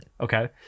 Okay